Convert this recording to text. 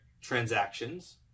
transactions